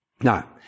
Now